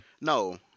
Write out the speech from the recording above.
No